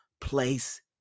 place